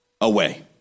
away